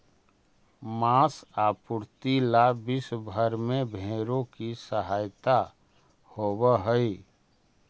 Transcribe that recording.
माँस आपूर्ति ला विश्व भर में भेंड़ों की हत्या होवअ हई